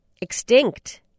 Extinct